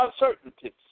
uncertainties